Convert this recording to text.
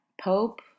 Pope